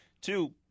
Two